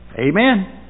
Amen